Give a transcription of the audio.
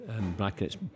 brackets